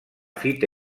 fita